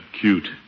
cute